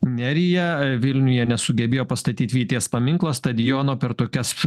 nerija vilniuje nesugebėjo pastatyti vyties paminklo stadiono per tokias